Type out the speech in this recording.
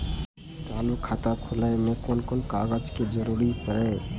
चालु खाता खोलय में कोन कोन कागज के जरूरी परैय?